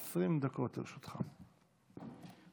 והטלנו על המפקחים הבכירים ועל ממונה הבטיחות